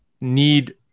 need